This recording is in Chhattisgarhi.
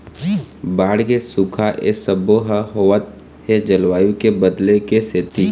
बाड़गे, सुखा ए सबो ह होवत हे जलवायु के बदले के सेती